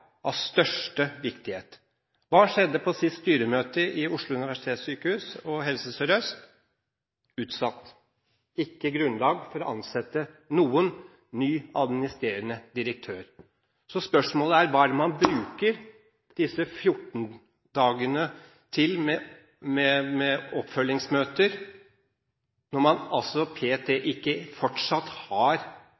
av største viktighet. Hva skjedde på sist styremøte i Oslo universitetssykehus og Helse Sør-Øst? – Utsatt, ikke grunnlag for å ansette noen ny administrerende direktør. Så spørsmålet er: Hva er det man bruker disse 14 dagene med oppfølgingsmøter til, når man